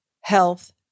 Health